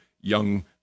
young